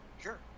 sure